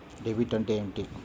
Debit అంటే ఏమిటి?